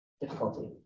difficulty